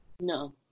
No